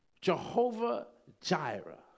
Jehovah-Jireh